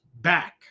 back